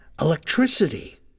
electricity